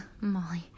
Molly